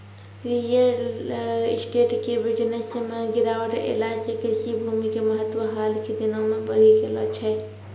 real estate के business मॅ गिरावट ऐला सॅ कृषि भूमि के महत्व हाल के दिनों मॅ बढ़ी गेलो छै